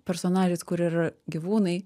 personažais kur yra gyvūnai